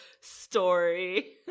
story